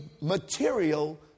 material